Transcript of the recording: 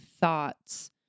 thoughts